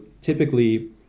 typically